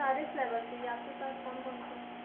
सारे फ्लेवर्स चाहिए आपके पास कौन कौन से हैं